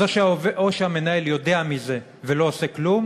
אז או שהמנהל יודע מזה ולא עושה כלום